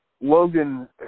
Logan